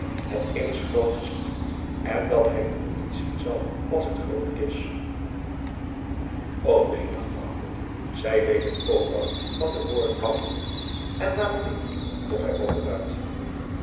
het eens groot te zien en dat hij het nu niet zien zal als het groot is o wee dacht bouke zij weet ook al van jacob van lennep de pleegzoon den moord af en waarom niet vroeg hij overluid